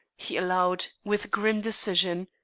he allowed, with grim decision.